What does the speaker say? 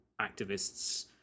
activists